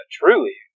truly